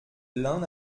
l’un